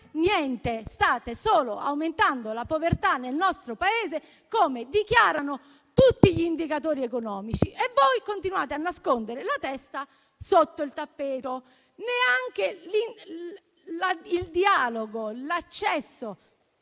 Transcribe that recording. State solo aumentando la povertà nel nostro Paese, come dichiarano tutti gli indicatori economici. Voi continuate a nascondere la testa sotto il tappeto. Non avete neanche consentito l'accesso